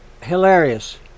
hilarious